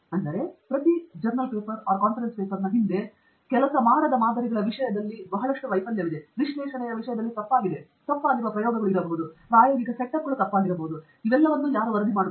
ಆದರೆ ಪ್ರತಿ ಕಾಗದದ ಹಿಂದೆ ಕೆಲಸ ಮಾಡದ ಮಾದರಿಗಳ ವಿಷಯದಲ್ಲಿ ಬಹಳಷ್ಟು ವೈಫಲ್ಯವಿದೆ ವಿಶ್ಲೇಷಣೆಯ ವಿಷಯದಲ್ಲಿ ತಪ್ಪಾಗಿದೆ ತಪ್ಪಾಗಿರುವ ಪ್ರಾಯೋಗಿಕ ಸೆಟಪ್ಗಳು ಪ್ರಾಯೋಗಿಕವಾಗಿರಬಹುದು ಎಲ್ಲವೂ ವರದಿಯಾಗುವುದಿಲ್ಲ